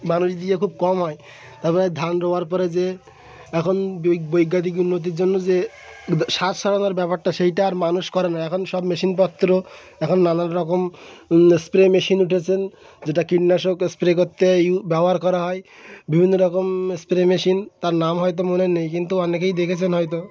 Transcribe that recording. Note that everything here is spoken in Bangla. মানুষ দিয়ে খুব কম হয় তাপরে ধান রোঁয়ার পরে যে এখন বৈজ্ঞানিক উন্নতির জন্য যে সার ছড়ানোর ব্যাপারটা সেইটা আর মানুষ করে না এখন সব মেশিন পত্র এখন নানান রকম স্প্রে মেশিন উঠেছে যেটা কীটনাশক স্প্রে করতে ইউ ব্যবহার করা হয় বিভিন্ন রকম স্প্রে মেশিন তার নাম হয়তো মনে নেই কিন্তু অনেকেই দেখেছেন হয়তো